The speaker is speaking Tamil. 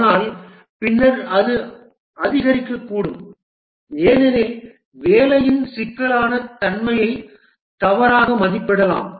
ஆனால் பின்னர் அது அதிகரிக்கக்கூடும் ஏனெனில் வேலையின் சிக்கலான தன்மையை தவறாக மதிப்பிடலாம்